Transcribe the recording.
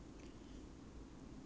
!huh!